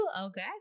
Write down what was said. Okay